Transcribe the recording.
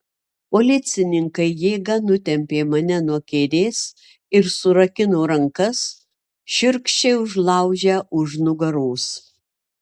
policininkai jėga nutempė mane nuo kėdės ir surakino rankas šiurkščiai užlaužę už nugaros